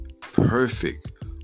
perfect